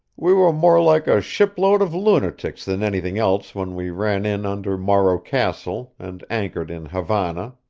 we were more like a shipload of lunatics than anything else when we ran in under morro castle, and anchored in havana.